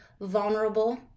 vulnerable